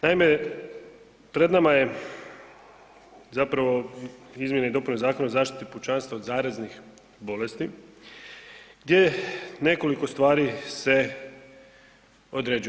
Naime, pred nama je zapravo izmjene i dopune Zakona o zaštiti pučanstva od zaraznih bolesti gdje se nekoliko stvari određuje.